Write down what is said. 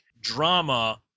drama